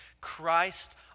Christ